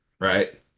Right